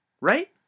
Right